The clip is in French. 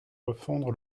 refondre